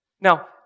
Now